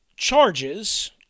Charges